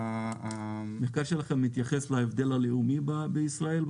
המחקר שלכם מתייחס להבדל הלאומי בישראל,